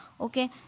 okay